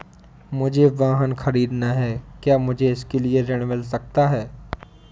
मुझे वाहन ख़रीदना है क्या मुझे इसके लिए ऋण मिल सकता है?